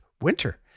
winter